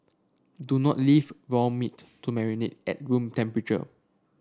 do not leave raw meat to marinate at room temperature